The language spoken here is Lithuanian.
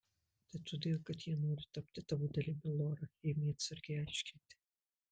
tai todėl kad jie nori tapti tavo dalimi lora ėmė atsargiai aiškinti